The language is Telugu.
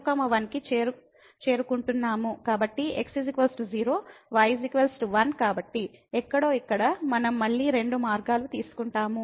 కాబట్టి x 0 y 1 కాబట్టి ఎక్కడో ఇక్కడ మనం మళ్ళీ రెండు మార్గాలు తీసుకుంటాము